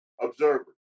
observer